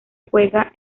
juega